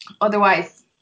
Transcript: Otherwise